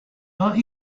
are